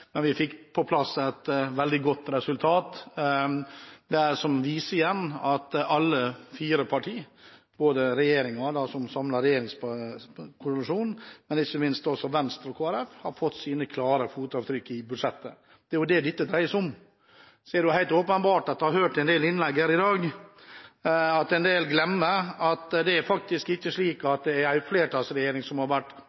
Men vi fikk på plass et veldig godt resultat. Dette viser igjen at alle fire partier – regjeringspartiene som samlet regjeringskoalisjon, men ikke minst Venstre og Kristelig Folkeparti – har fått sine klare fotavtrykk i budsjettet. Det er jo det dette dreier seg om. Så har vi hørt i en del innlegg her i dag at en del helt åpenbart glemmer at det faktisk ikke er slik